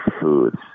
foods